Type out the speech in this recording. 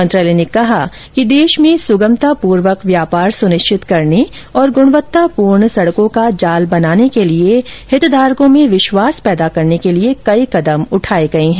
मंत्रालय ने कहा कि देश में सुगमता पूर्वक व्यापार सुनिश्चित करने और गुणवत्तापूर्ण सड़कों का जाल बनाने के लिए हितधारकों में विश्वास पैदा करने के लिए अनेक कदम उठाए गए हैं